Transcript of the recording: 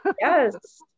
yes